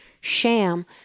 sham